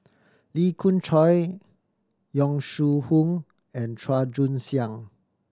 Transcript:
Lee Khoon Choy Yong Shu Hoong and Chua Joon Siang